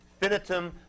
Finitum